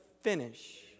finish